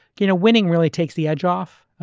you know winning really takes the edge off,